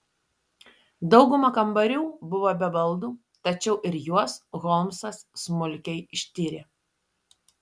dauguma kambarių buvo be baldų tačiau ir juos holmsas smulkiai ištyrė